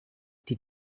die